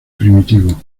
primitivo